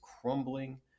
crumbling